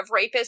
rapists